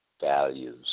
values